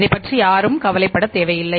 இதைப் பற்றி யாரும் கவலைப்பட தேவையில்லை